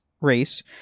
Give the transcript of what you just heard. race